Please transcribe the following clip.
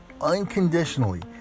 unconditionally